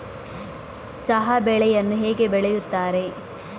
ಚಹಾ ಬೆಳೆಯನ್ನು ಹೇಗೆ ಬೆಳೆಯುತ್ತಾರೆ?